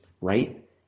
right